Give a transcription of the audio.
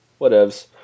whatevs